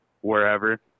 wherever